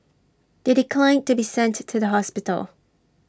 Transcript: they declined to be sent to the hospital